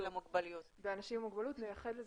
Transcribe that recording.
נייחד לזה,